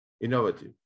innovative